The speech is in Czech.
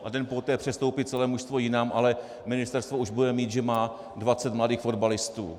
A den poté přestoupí celé mužstvo jinam, ale ministerstvo už bude mít, že má dvacet mladých fotbalistů.